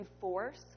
force